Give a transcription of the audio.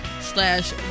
slash